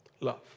Love